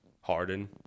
Harden